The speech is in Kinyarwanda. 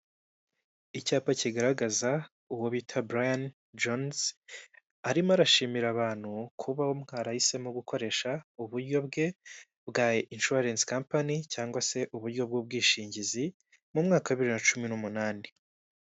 Icyapa kigaragaza uwo bita Brian Jones arimo arashimira abantu kuba mwarahisemo gukoresha uburyo bwe bwa ishuwaresi kapanyi cyangwa se uburyo bw'ubwishingizi mu mwaka wa bibiri na cumi n'umunani.